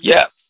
Yes